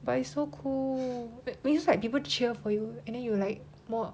but it's so cool means like people cheered for you and then you like more